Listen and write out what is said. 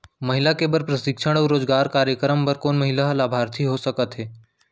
महिला के बर प्रशिक्षण अऊ रोजगार कार्यक्रम बर कोन महिला ह लाभार्थी हो सकथे?